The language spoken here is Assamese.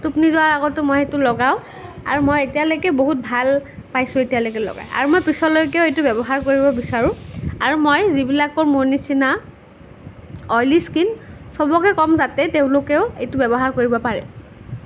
টোপনি যোৱাৰ আগতো মই সেইটো লগাওঁ আৰু মই এতিয়ালৈকে বহুত ভাল পাইছোঁ এতিয়ালৈকে লগাই আৰু মই পিছলৈকেও এইটো ব্য়ৱহাৰ কৰিব বিচাৰোঁ আৰু মই যিবিলাকৰ মোৰ নিচিনা অইলী স্কীন চবকে কম যাতে তেওঁলোকেও এইটো ব্য়ৱহাৰ কৰিব পাৰে